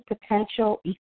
potential